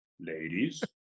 Ladies